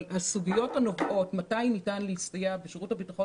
אבל הסוגיות הנובעות מתי ניתן להסתייע בשירות הביטחון